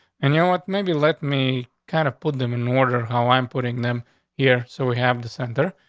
and you know what? maybe let me kind of put them in order how i'm putting them here. so we have the center.